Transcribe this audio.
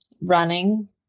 running